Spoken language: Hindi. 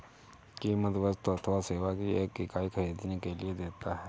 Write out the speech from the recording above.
कीमत वस्तु अथवा सेवा की एक इकाई ख़रीदने के लिए देता है